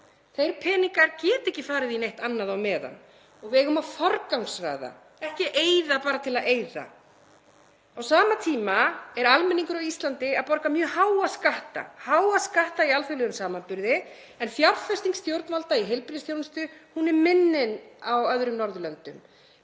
Þeir peningar geta ekki farið í neitt annað á meðan og við eigum að forgangsraða, ekki eyða bara til að eyða. Á sama tíma er almenningur á Íslandi að borga mjög háa skatta í alþjóðlegum samanburði en fjárfesting stjórnvalda í heilbrigðisþjónustu er minni en á öðrum Norðurlöndum.